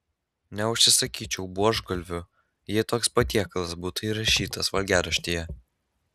neužsisakyčiau buožgalvių jei toks patiekalas būtų įrašytas valgiaraštyje